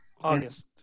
august